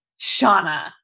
shauna